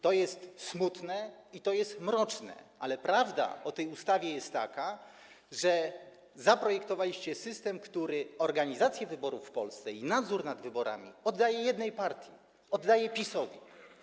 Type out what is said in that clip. To jest smutne i mroczne, ale prawda o tej ustawie jest taka, że zaprojektowaliście system, który organizację wyborów w Polsce i nadzór nad nimi oddaje jednej partii - PiS-owi.